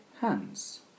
hands